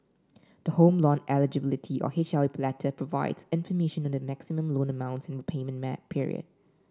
the Home Loan Eligibility or letter provides information on the maximum loan amount and repayment period